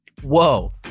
Whoa